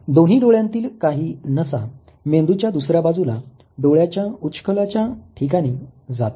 दोन्ही डोळ्यांतील काही नसा मेंदूच्या दुसऱ्या बाजूला डोळ्याच्या उच्छृंखलाच्या ठिकाणी जातात